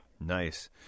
Nice